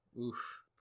Oof